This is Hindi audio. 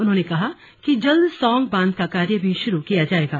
उन्होंने कहा कि जल्द सौंग बांध का कार्य भी शुरू किया जायेगा